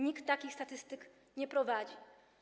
Nikt takich statystyk nie prowadzi.